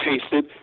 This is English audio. tasted